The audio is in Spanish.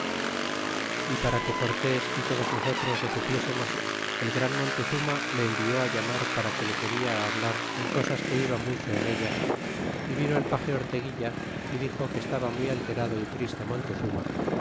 y para que cortés y todos nosotros lo supiésemos el gran montezuma le envié á llamar para que le quería hablar en cosas que iba mucho en ellas y vino el page orteguilla y dixo que estaba muy alterado y triste montezuma